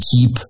keep